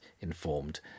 informed